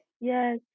Yes